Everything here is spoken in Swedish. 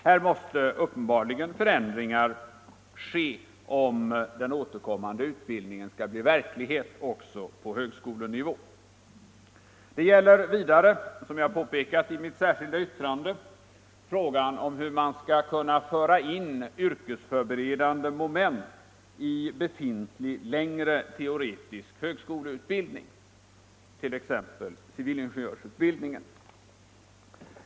Här måste uppenbarligen förändringar ske om den återkommande utbildningen skall bli verklighet också på högskolenivå. Det gäller vidare, som jag påpekat i mitt särskilda yttrande, frågan om hur man skall kunna föra in yrkesförberedande moment i befintlig längre teoretisk högskoleutbildning, t.ex. civilingenjörsutbildningen.